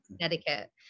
Connecticut